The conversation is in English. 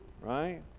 right